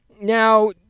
Now